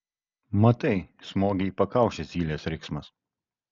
matai smogė į pakaušį zylės riksmas